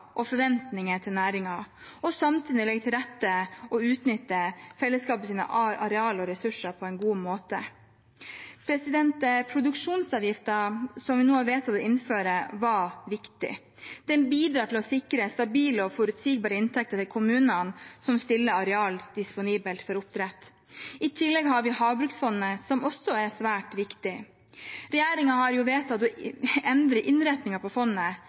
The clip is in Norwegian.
og forventninger til næringen og samtidig legge til rette og utnytte fellesskapets areal og ressurser på en god måte. Produksjonsavgiften som vi nå har vedtatt å innføre, er viktig. Den bidrar til å sikre stabile og forutsigbare inntekter til kommunene som stiller areal disponible for oppdrett. I tillegg har vi havbruksfondet, som også er svært viktig. Regjeringen har vedtatt å endre innretningen på fondet.